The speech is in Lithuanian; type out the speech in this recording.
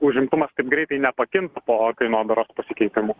užimtumas taip greitai nepakinta po kainodaros pasikeitimų